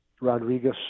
Rodriguez